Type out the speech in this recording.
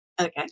Okay